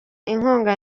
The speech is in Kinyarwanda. inkunga